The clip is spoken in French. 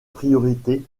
priorité